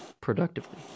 productively